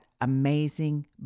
amazing